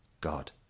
God